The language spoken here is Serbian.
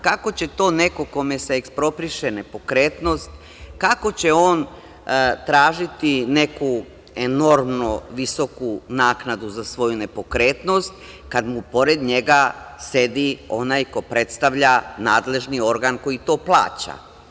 Kako će to neko kome ekspropriše nepokretnost, kako će on tražiti neku enormno visoku naknadu za svoju nepokretnost kad mu pored njega sedi onaj ko predstavlja nadležni organ koji to plaća?